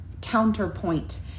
counterpoint